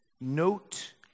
note